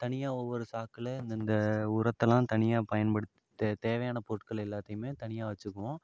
தனியாக ஒவ்வொரு சாக்கில அந்தந்த உரத்தைலாம் தனியாக பயன்படுத்த தேவையான பொருட்கள் எல்லாத்தையுமே தனியாக வச்சுக்கிவோம்